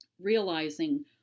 realizing